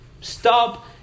Stop